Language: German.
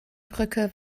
brücke